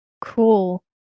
Cool